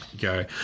go